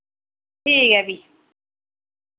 ठीक ऐ फ्ही